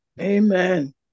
Amen